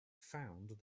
found